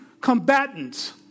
combatants